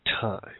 time